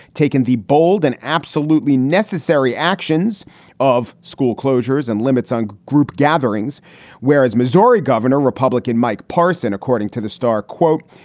taken the bold and absolutely necessary actions of school closures and limits on group gatherings whereas missouri governor republican mike parson, according to the star quote,